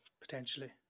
potentially